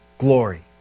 Glory